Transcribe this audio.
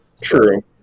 True